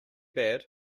bad